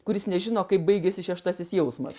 kuris nežino kaip baigėsi šeštasis jausmas